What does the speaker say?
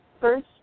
First